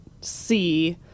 see